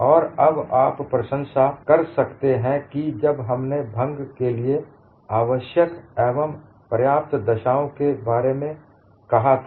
और अब आप प्रशंसा कर सकते हैं कि जब हमने भंग के लिए आवश्यक एवं पर्याप्त दशाओं के बारे में कहा था